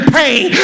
pain